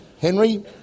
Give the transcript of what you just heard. Henry